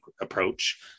approach